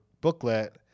booklet